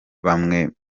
bamwe